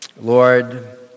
Lord